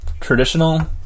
traditional